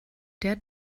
der